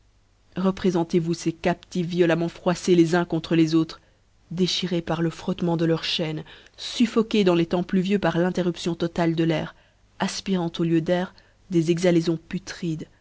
repréfentcz vous ces captifs violemment froiffés les uns contre les autres déchirés par je frottement de leurs chaînes ftiffo jués dans les temps pluvieux par l'interruption totale de l'air afpirant au lieu d'air des exhalaifons putrides